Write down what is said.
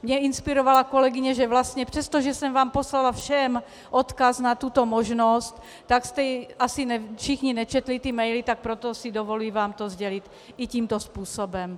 Mě inspirovala kolegyně, že vlastně přestože jsem vám poslala všem odkaz na tuto možnost, tak jste asi všichni nečetli ty maily, tak proto si dovoluji vám to sdělit i tímto způsobem.